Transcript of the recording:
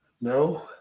No